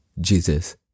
Jesus